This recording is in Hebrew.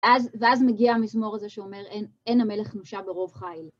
ואז מגיע המזמור הזה שאומר, אין המלך נושע ברוב חייל.